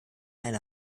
eine